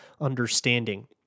understanding